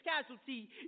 casualty